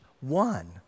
one